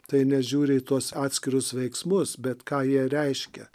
tai nežiūri į tuos atskirus veiksmus bet ką jie reiškia